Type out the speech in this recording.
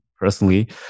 personally